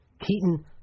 Keaton